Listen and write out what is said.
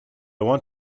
want